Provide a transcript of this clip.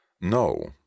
No